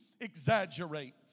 exaggerate